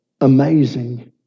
amazing